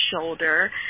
shoulder